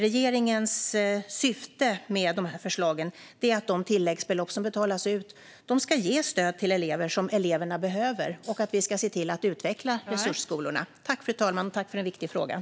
Regeringens syfte med dessa förslag är att de tilläggsbelopp som betalas ut ska ge det stöd till eleverna som eleverna behöver och att resursskolorna ska utvecklas.